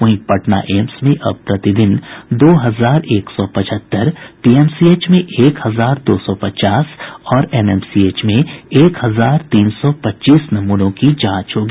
वहीं पटना एम्स में अब प्रतिदिन दो हजार एक सौ पचहत्तर पीएमसीएच में एक हजार दो सौ पचास और एनएमसीएच में एक हजार तीन सौ पच्चीस नमूनों की जांच होगी